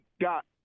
got